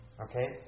Okay